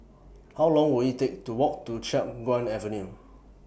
How Long Will IT Take to Walk to Chiap Guan Avenue